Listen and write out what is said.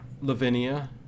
Lavinia